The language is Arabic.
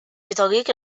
بطريق